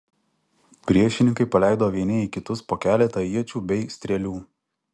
priešininkai paleido vieni į kitus po keletą iečių bei strėlių